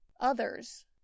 others